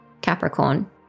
Capricorn